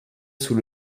sous